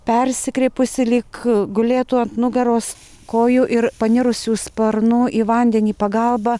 persikreipusi lyg gulėtų ant nugaros kojų ir panirusių sparnų į vandenį pagalba